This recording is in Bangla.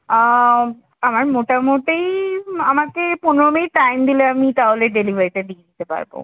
আমার মোটামুটি আমাকে পনেরো মিনিট টাইম দিলে আমি তাহলে ডেলিভারিটা দিয়ে দিতে পারবো